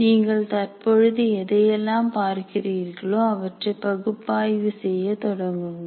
நீங்கள் தற்பொழுது எதையெல்லாம் பார்க்கிறீர்களோ அவற்றை பகுப்பாய்வு செய்ய தொடங்குங்கள்